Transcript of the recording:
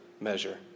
measure